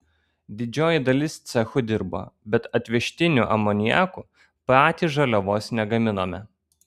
didžioji dalis cechų dirbo bet atvežtiniu amoniaku patys žaliavos negaminome